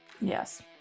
Yes